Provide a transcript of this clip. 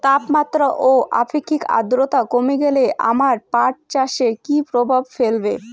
তাপমাত্রা ও আপেক্ষিক আদ্রর্তা কমে গেলে আমার পাট চাষে কী প্রভাব ফেলবে?